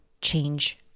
change